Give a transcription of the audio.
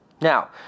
Now